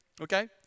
Okay